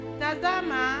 tazama